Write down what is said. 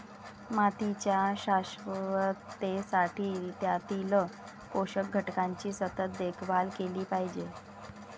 मातीच्या शाश्वततेसाठी त्यातील पोषक घटकांची सतत देखभाल केली पाहिजे